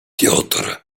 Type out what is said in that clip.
piotr